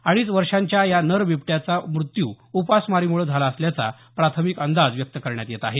अडीच वर्षांच्या या नर बिबट्याचा मृत्यू उपासमारीमुळे झाला असल्याचा प्राथमिक अंदाज व्यक्त करण्यात येत आहे